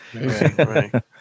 right